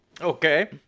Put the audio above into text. Okay